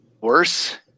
worse